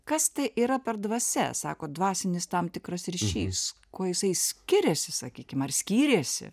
kas tai yra per dvasia sako dvasinis tam tikras ryšys kuo jisai skiriasi sakykim ar skyrėsi